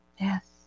yes